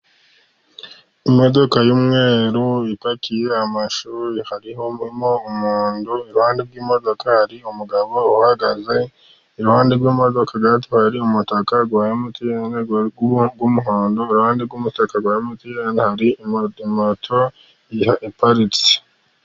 Imodoka y'umweru ipakiye amashuri , harimo umuntu Iruhande rw'imodoka hari umugabo uhagaze. Iruhande rw'imodoka gato hari umutaka wa MTN w'umuhondo. Iruhande rw'umutaka wa MTN, hari moto iparitse.